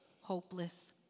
hopeless